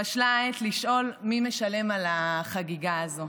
בשלה העת לשאול מי משלם על החגיגה הזו.